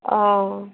অঁ